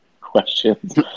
questions